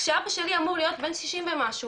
כשאבא שלי בן שישים ושלוש,